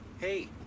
Hey